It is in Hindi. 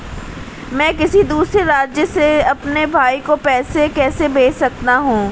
मैं किसी दूसरे राज्य से अपने भाई को पैसे कैसे भेज सकता हूं?